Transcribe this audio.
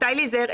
מתי להיזהר,